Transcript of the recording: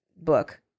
book